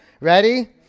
ready